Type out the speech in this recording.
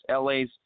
LA's